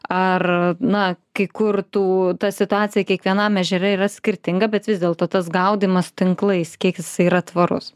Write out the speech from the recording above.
ar na kai kur tų ta situacija kiekvienam ežere yra skirtinga bet vis dėlto tas gaudymas tinklais kiek jisai yra tvarus